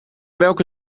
welke